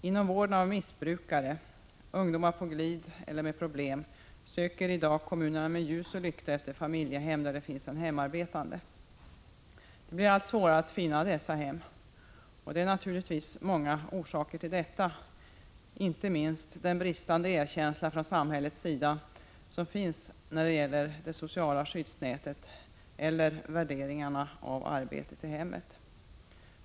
Inom vården av missbrukare, ungdomar på glid eller med problem söker kommunerna i dag med ljus och lykta efter familjehem där det finns en hemarbetande. Det blir allt svårare att finna dessa. Orsakerna till det är Prot. 1985/86:131 naturligtvis många, inte minst den bristande erkänslan från samhället när det gäller det sociala skyddsnätet och samhällets värdering av arbete i hemmet.